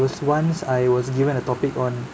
was once I was given a topic on